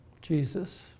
Jesus